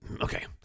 okay